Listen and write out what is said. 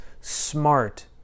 smart